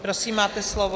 Prosím, máte slovo.